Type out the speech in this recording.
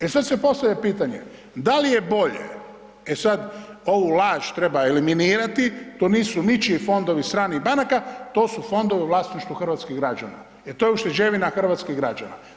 E sad se postavlja pitanje, da li je bolje, e sad, ovu laž treba eliminirati, to nisu ničiji fondovi stranih banaka, to su fondovi u vlasništvu hrvatskih građana jer to je ušteđevina hrvatskih građana.